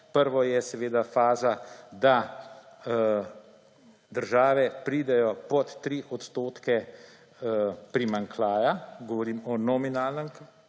Prva je faza, da države pridejo pod 3 odstotke primanjkljaja – govorim o nominalnem